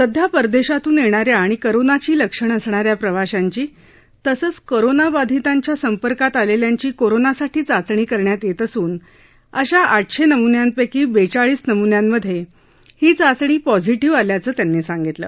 सध्या परदेशातून येणाऱ्या आणि करोनाची लक्षणं असणाऱ्या प्रवाशांची तसंच कोरोनाबाधितांच्या संपर्कात आलेल्यांची कोरोना साठी चाचणी करण्यात येत असून अशा आठशे नमून्यांपैकी बेचाळीस नमून्यांमध्ये ही चाचणी पॉझिटिव्ह आल्याचं त्यांनी सांगितलं